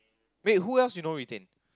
wait who else you know retain